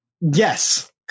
Yes